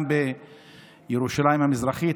גם בירושלים המזרחית.